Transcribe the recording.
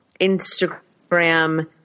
Instagram